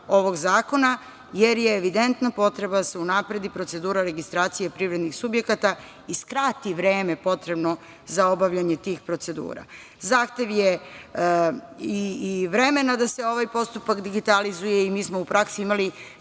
ovog zakona, jer je evidentna potreba da se unapredi procedura registracije privrednih subjekata i skrati vreme potrebno za obavljanje tih procedura. Zahtev je i vremena da se ovaj postupak digitalizuje i mi smo u praksi imali